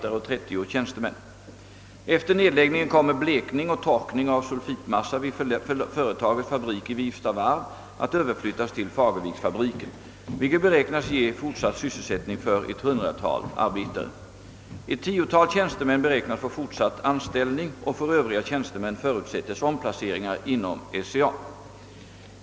Efter nedläggningen kommer blekning och torkning av sulfitmassa vid företagets fabrik i Wifstavarv att överflyttas till Fagerviksfabriken, vilket beräknas ge fortsatt sysselsättning för ett hundratal arbetare. Ett tiotal tjänstemän beräknas få fortsatt anställning och för övriga tjänstemän förutsättes omplaceringar inom SCA.